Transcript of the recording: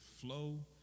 flow